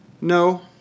No